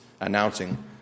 announcing